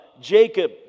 jacob